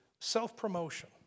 self-promotion